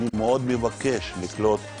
כולנו מכירים המון שנים אבל מה שאני